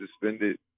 suspended